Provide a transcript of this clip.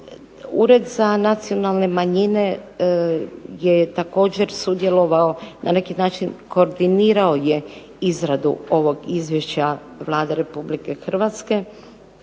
Ured za nacionalne manjine je također sudjelovao, na neki način koordinirao je izradu ovog Izvješća Vlade Republike Hrvatske,